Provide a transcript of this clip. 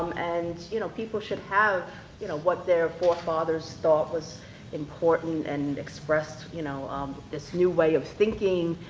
um and you know people should have you know what their forefathers thought was important, and expressed you know um this new way of thinking,